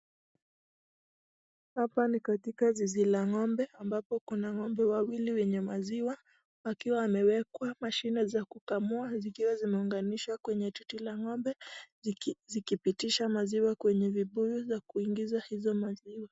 Hapa ni katika zizi la ng'ombe ambapo kuna ng'ombe wawili wenye maziwa, wakiwa wamewekwa machine za kukamua, zikiwa zimeunganishwa kwenye titi la ng'ombe zikipita maziwa kwenye vibuyu za kuingiza hizi maziwa.